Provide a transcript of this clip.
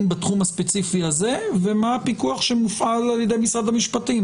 בתחום הספציפי הזה ומה הפיקוח שמופעל ע"י משרד המשפטים.